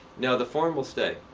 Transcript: no, the forum will stay.